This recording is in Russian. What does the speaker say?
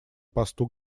посту